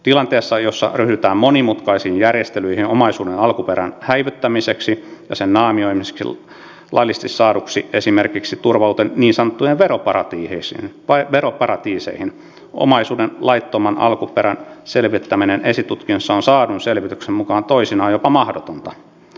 tilanteessa jossa ryhdytään monimutkaisiin järjestelyihin omaisuuden alkuperän häivyttämiseksi ja sen naamioimiseksi laillisesti saaduksi esimerkiksi turvautuen niin sanottuihin veroparatiiseihin omaisuuden laittoman alkuperän selvittäminen esitutkinnassa on saadun selvityksen mukaan toisinaan jopa mahdotonta